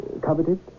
Coveted